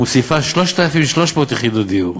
המוסיפה 3,300 יחידות דיור.